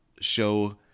show